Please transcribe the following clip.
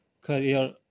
career